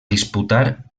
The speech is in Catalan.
disputar